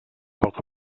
poc